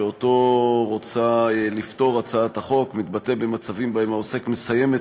שהצעת החוק רוצה לפתור מתבטא במצבים שבהם העוסק מסיים את